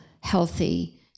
healthy